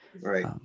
Right